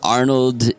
Arnold